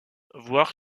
voir